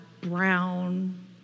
brown